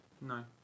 No